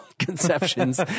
Conceptions